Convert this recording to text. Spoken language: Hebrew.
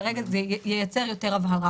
כרגע זה ייצר יותר הבהרה.